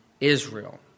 Israel